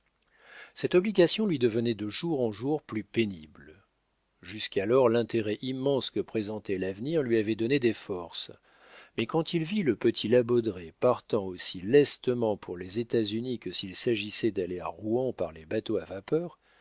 cette obligation lui devenait de jour en jour plus pénible jusqu'alors l'intérêt immense que présentait l'avenir lui avait donné des forces mais quand il vit le petit la baudraye partant aussi lestement pour les états-unis que s'il s'agissait d'aller à rouen par les bateaux à vapeur